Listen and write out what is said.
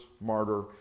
martyr